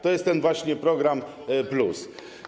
To jest ten właśnie program+.